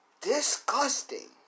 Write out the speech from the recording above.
disgusting